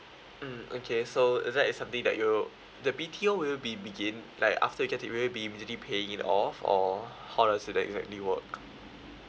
mm okay so is that is something that you the B_T_O will be begin like after you get it it will be immediately paying it off or how does it exactly work